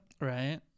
Right